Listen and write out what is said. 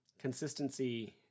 consistency